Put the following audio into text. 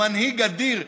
מנהיג אדיר,